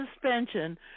suspension